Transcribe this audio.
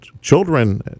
Children